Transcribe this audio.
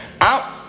out